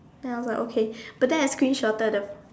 then I was like okay but then I screenshotted the